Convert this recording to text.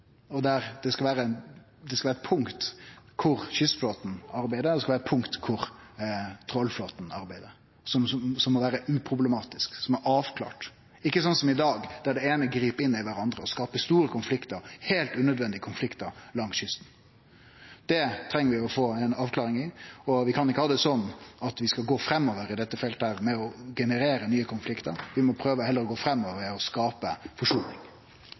Det skal vere punkt der kystflåten arbeider, og punkt der trålflåten arbeider. Det må vere uproblematisk og avklart, ikkje sånn som i dag, der det eine grip inn i det andre og skapar store konfliktar – heilt unødvendige konfliktar – langs kysten. Det treng vi å få ei avklaring på. Vi kan ikkje ha det sånn at vi skal gå framover på dette feltet her med å generere nye konfliktar. Vi må heller prøve å gå framover og skape forsoning.